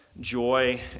joy